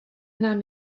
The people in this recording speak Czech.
nám